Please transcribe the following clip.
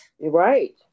Right